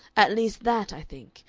at least that, i think,